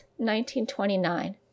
1929